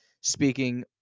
speaking